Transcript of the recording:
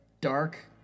dark